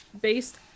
based